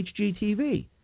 HGTV